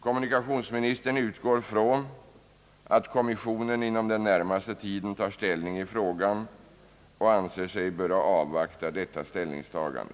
Jag utgår från att kommissionen inom den närmaste tiden tar ställning i frågan och anser mig böra avvakta detta ställningstagande.